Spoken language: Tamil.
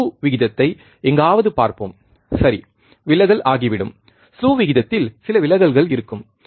ஸ்லூ விகிதத்தை எங்காவது பார்ப்போம் சரி விலகல் ஆகிவிடும் ஸ்லூ விகிதத்தில் சில விலகல்கள் இருக்கும்